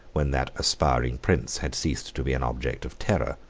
when that aspiring prince had ceased to be an object of terror.